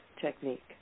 technique